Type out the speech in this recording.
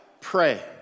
pray